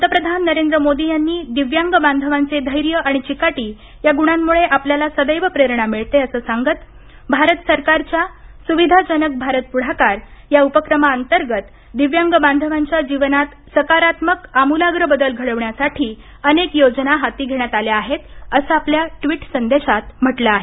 पंतप्रधान नरेंद्र मोदी यांनी दिव्यांग बांधवांचे धैर्य आणि चिकाटी या गुणांमुळे आपल्याला सदैव प्रेरणा मिळते असं सांगत भारत सरकारच्या सुविधा जनक भारत पुढाकार या उपक्रमा अंतर्गत दिव्यांग बांधवांच्या जीवनात सकारात्मक आमुलाग्र बदल घडविण्यासाठी अनेक योजना हाती घेण्यात आल्या आहेत असं आपल्या ट्विट संदेशात म्हटलं आहे